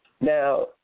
Now